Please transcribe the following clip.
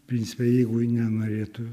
principe jeigu jin nenorėtų